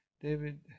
David